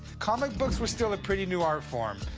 comic books were still a pretty new art form.